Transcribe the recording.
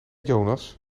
jonas